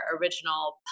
original